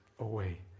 away